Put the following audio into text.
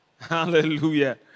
Hallelujah